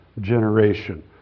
generation